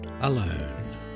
alone